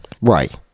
Right